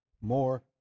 more